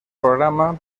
programa